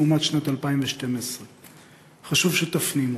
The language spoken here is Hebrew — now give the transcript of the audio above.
לעומת שנת 2012. חשוב שתפנימו,